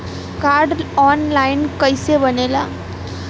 Card online कइसे बनेला?